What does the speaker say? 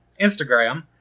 Instagram